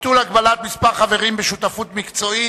(ביטול הגבלת מספר החברים בשותפות מקצועית),